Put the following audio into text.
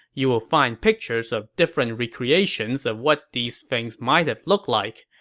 you'll find pictures of different re-creations of what these things might have looked like,